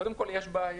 קודם כול, יש בעיה.